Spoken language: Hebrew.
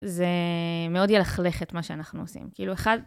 זה מאוד ילכלך את מה שאנחנו עושים.